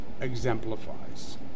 exemplifies